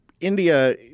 India